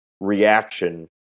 reaction